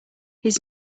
his